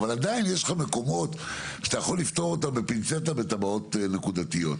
אבל עדיין יש לך מקומות שאתה יכול לפתור אותם בפינצטה בתב"עות נקודתיות.